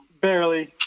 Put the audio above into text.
barely